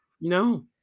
No